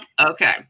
Okay